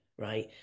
right